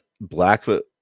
Blackfoot